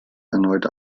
erneut